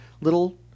little